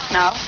no